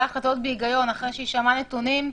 החלטות בהגיון אחרי שהיא שמעה נתונים,